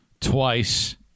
twice